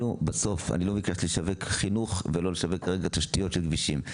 לא ביקשתי לשווק חינוך ולא לשווק כרגע תשתיות של כבישים.